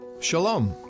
Shalom